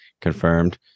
confirmed